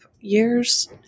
years